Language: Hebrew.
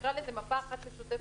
נקרא לזה, מפה אחת משותפת.